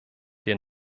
der